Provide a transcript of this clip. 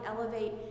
elevate